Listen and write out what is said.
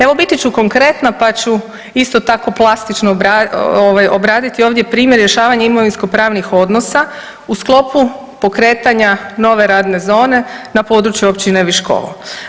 Evo, biti ću konkretna pa ću isto tako plastično ovaj obraditi ovdje primjer rješavanja imovinsko pravnih odnosa u sklopu pokretanja nove radne zone na području općine Viškovo.